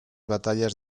batallas